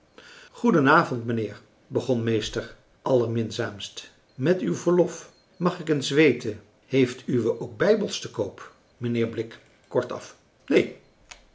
goedenavond mijnheer begon meester allerminzaamst met uw verlof mag ik eens weten heeft uwe ook bijbels te koop mijnheer blik kortaf neen